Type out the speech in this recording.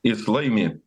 jis laimi